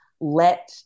let